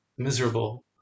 miserable